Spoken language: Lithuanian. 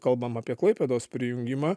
kalbam apie klaipėdos prijungimą